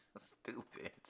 Stupid